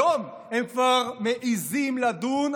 היום הם כבר מעיזים לדון,